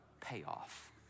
payoff